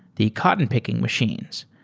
the cotton picking machines,